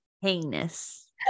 heinous